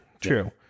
True